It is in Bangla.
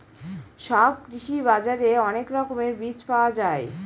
সব কৃষি বাজারে অনেক রকমের বীজ পাওয়া যায়